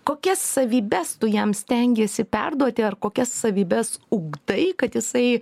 kokias savybes tu jam stengiesi perduoti ar kokias savybes ugdai kad jisai